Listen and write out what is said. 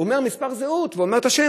הוא אומר מספר זהות והוא אומר את השם,